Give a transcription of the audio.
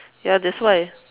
ya that's why